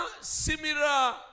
similar